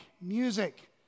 music